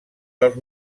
dels